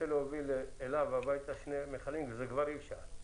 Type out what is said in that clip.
להוביל אליו הביתה שני מכלים זה כבר בלתי אפשרי.